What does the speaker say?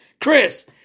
Chris